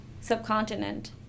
subcontinent